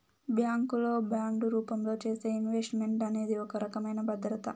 bank లో bond రూపంలో చేసే ఇన్వెస్ట్ మెంట్ అనేది ఒక రకమైన భద్రత